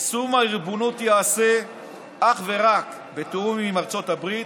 יישום הריבונות יעשה אך ורק בתיאום עם ארצות הברית.